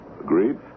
Agreed